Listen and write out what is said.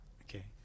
Okay